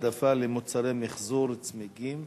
העדפה למוצרי מיחזור צמיגים),